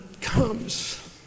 comes